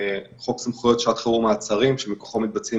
חוק סמכויות שעת חירום (מעצרים) שמכוחו מתבצעים